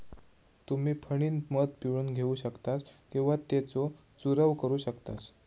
तुम्ही फणीनं मध पिळून घेऊ शकतास किंवा त्येचो चूरव करू शकतास